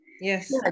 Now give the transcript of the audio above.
Yes